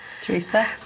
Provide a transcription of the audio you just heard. Teresa